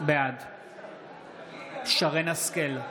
בעד שרן מרים השכל,